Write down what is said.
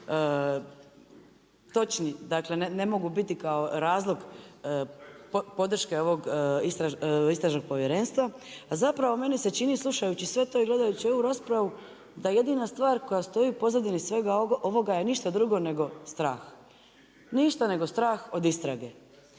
točni, dakle ne mogu biti kao razlog podrške ovog istražnog povjerenstva. A zapravo meni se čini slušajući sve to i gledajući ovu raspravu da jedina stvar koja stoji u pozadini svega ovoga je ništa drugo nego strah, ništa nego strah od istrage.